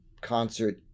concert